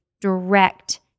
direct